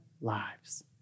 lives